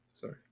sorry